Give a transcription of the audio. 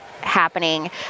happening